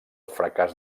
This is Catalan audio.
fracàs